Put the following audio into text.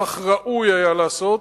כך ראוי היה לעשות.